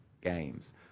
games